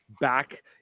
back